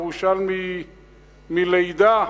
ירושלמי מלידה,